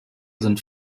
sind